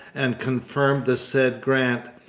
and confirmed the said grant.